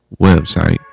website